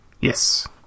Yes